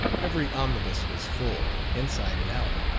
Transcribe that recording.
every omnibus was full, inside and out,